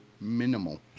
minimal